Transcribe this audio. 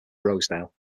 rosedale